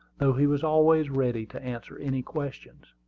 though he was always ready to answer any questions.